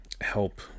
help